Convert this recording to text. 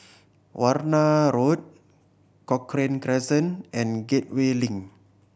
Warna Road Cochrane Crescent and Gateway Link